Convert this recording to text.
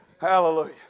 Hallelujah